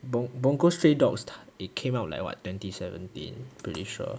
bun~ bungou stray dogs t~ it came out like what twenty seventeen pretty sure